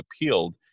appealed